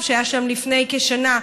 כי הביצוע הוא שצריך להשתפר.